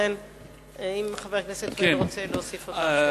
אם חבר הכנסת סוייד רוצה להוסיף עוד משהו.